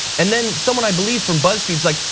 and then someone i believe from buzzfeed's like,